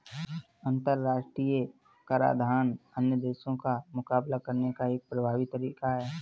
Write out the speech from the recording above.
अंतर्राष्ट्रीय कराधान अन्य देशों का मुकाबला करने का एक प्रभावी तरीका है